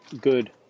good